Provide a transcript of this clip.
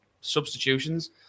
substitutions